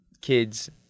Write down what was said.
kids